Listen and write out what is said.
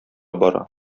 бара